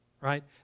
right